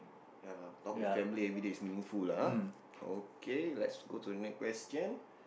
ya lah talk with family everyday is meaningful okay let's go to the next question